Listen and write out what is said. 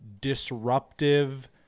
disruptive